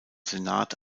senat